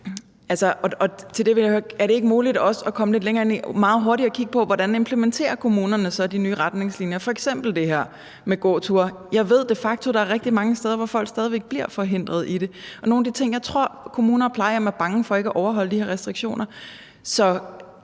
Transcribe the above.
Er det ikke muligt også at komme lidt længere med meget hurtigere at kigge på, hvordan kommunerne så implementerer de nye retningslinjer, f.eks. det her med gåture? Jeg ved de facto, at der er rigtig mange steder, hvor folk stadig væk bliver forhindret i det. Jeg tror, kommuner og plejehjem er bange for ikke at overholde de her restriktioner.